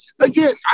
Again